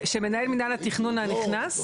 שמנהלת מינהל התכנון הנכנס --- לא,